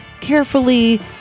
carefully